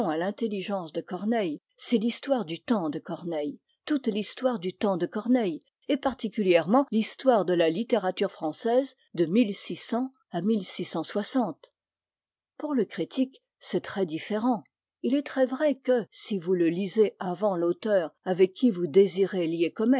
l'intelligence de corneille c'est l'histoire du temps de corneille toute l'histoire du temps de corneille et particulièrement l'histoire de la littérature française de à pour le critique c'est très différent il est très vrai que si vous le lisez avant l'auteur avec qui vous désirez lier